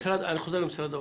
אני חוזר למשרד האוצר.